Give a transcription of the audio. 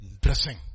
Dressing